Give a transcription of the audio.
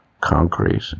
concrete